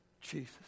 Jesus